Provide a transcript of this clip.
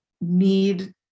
need